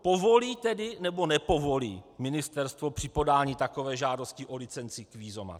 Povolí tedy, nebo nepovolí ministerstvo při podání takové žádosti o licenci kvízomat?